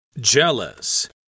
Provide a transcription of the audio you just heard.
jealous